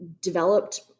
developed